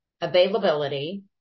availability